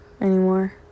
anymore